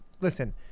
listen